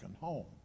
home